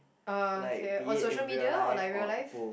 uh okay on social media or like real life